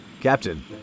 Captain